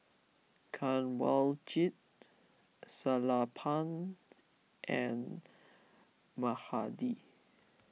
Kanwaljit Sellapan and Mahade